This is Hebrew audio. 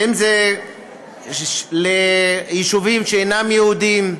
ואם זה ליישובים שאינם יהודיים,